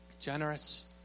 Generous